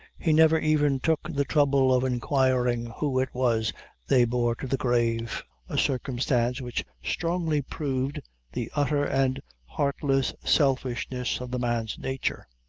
he never even took the trouble of inquiring who it was they bore to the grave a circumstance which strongly proved the utter and heartless selfishness of the man's nature.